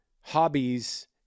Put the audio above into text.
hobbies